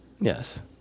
Yes